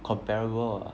comparable ah